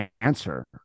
answer